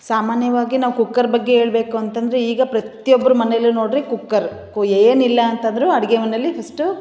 ಸಾಮಾನ್ಯವಾಗಿ ನಾವು ಕುಕ್ಕರ್ ಬಗ್ಗೆ ಹೇಳ್ಬೇಕು ಅಂತಂದರೆ ಈಗ ಪ್ರತ್ಯೊಬ್ರ ಮನೇಲೂ ನೋಡಿರಿ ಕುಕ್ಕರ್ ಕು ಏನಿಲ್ಲ ಅಂತಂದರೂ ಅಡುಗೆ ಮನೇಲಿ ಫಸ್ಟು